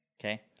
Okay